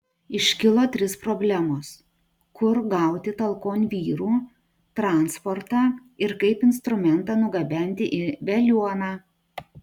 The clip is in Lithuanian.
iškilo trys problemos kur gauti talkon vyrų transportą ir kaip instrumentą nugabenti į veliuoną